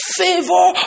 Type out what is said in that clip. favor